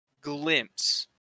glimpse